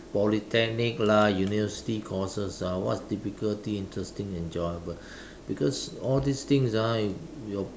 Polytechnic lah university courses lah what difficulty interesting enjoyable because all these things ah your